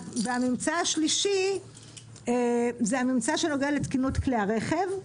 הממצא השלישי זה הממצא שנוגע לתקינות כלי הרכב.